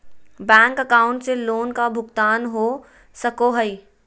Bank account से loan का भुगतान हो सको हई?